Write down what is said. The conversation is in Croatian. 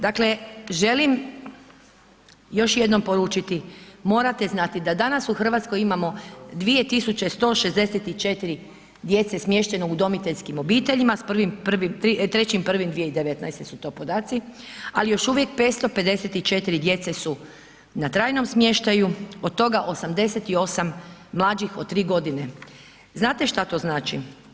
Dakle želim još jednom poručiti, morate znati da danas u Hrvatskoj imamo 2164 djece smješteno u udomiteljskim obiteljima s 3.1.2019. su to podaci ali još uvijek 554 djece su na trajnom smještaju, od toga 88 mlađih od 3 g. Znate šta to znači?